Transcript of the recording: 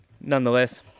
Nonetheless